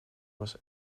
was